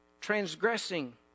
transgressing